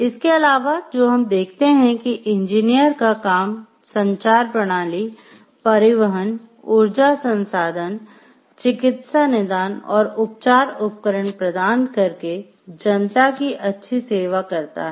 इसके अलावा जो हम देखते हैं कि इंजीनियर का काम संचार प्रणाली परिवहन ऊर्जा संसाधन चिकित्सा निदान और उपचार उपकरण प्रदान करके जनता की अच्छी सेवा करता है